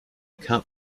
cup